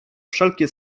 wszelkie